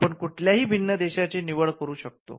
आपण कुठल्याही भिन्न देशांची निवड करू शकतो